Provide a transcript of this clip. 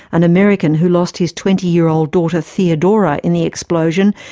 an american who lost his twenty year old daughter, theodora, in the explosion,